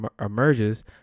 emerges